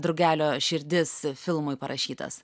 drugelio širdis filmui parašytas